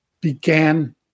began